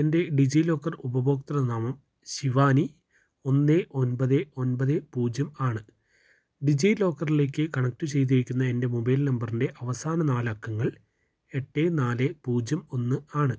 എൻറ്റെ ഡിജീലോക്കർ ഉപഭോക്തൃനാമം ശിവാനി ഒന്ന് ഒൻപത് ഒൻപത് പൂജ്യമാണ് ഡിജീലോക്കറിലേക്ക് കണക്റ്റ് ചെയ്തിരിക്കുന്ന എൻറ്റെ മൊബൈൽ നമ്പറിൻറ്റെ അവസാന നാലക്കങ്ങൾ എട്ട് നാല് പൂജ്യം ഒന്നാണ്